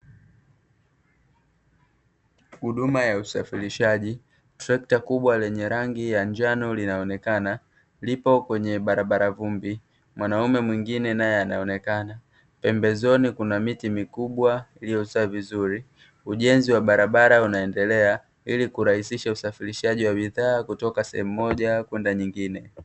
Huduma ya usafirishaji. Trekta kubwa lenye rangi ya njano linaoneka, lipo kwenye barabara ya vumbi; mwanaume mwingine anaonekana. Pembezoni kuna miti mikubwa iliyoota vizuri, ujenzi wa barabara unaendelea ili kurahisisha usafirishaji wa bidhaa kutoka sehemu moja kwenda nyingine.